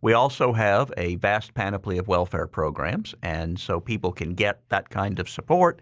we also have a vast panoply of welfare programs and so people can get that kind of support